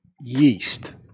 yeast